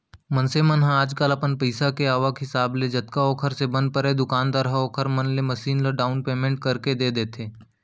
मनसे मन ह आजकल अपन पइसा के आवक हिसाब ले जतका ओखर से बन परय दुकानदार ह ओखर मन ले मसीन ल डाउन पैमेंट करके दे देथे